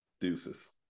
Deuces